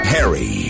Harry